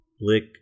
lick